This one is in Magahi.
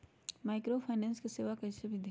माइक्रोफाइनेंस के सेवा कइसे विधि?